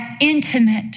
intimate